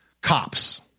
cops